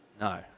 No